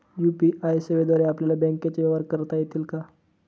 UPI सेवेद्वारे आपल्याला बँकचे व्यवहार करता येतात का?